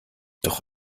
doch